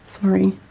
Sorry